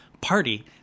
party